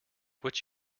what